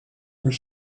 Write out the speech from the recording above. were